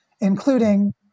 including